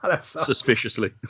Suspiciously